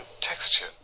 texture